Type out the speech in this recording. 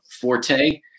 Forte